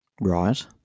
Right